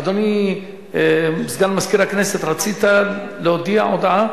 אדוני סגן מזכיר הכנסת, רצית להודיע הודעה?